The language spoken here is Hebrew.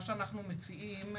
מה שאנחנו מציעים,